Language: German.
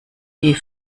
die